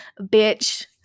bitch